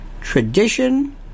tradition